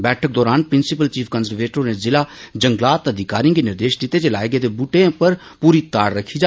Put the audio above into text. बैठक दौरान principal chief conservator होरें जिला जंगलात अधिकारिएं गी निर्देश दिते जे लाए गेदे बूहटे उप्पर पूरी ताड़ रक्खी जा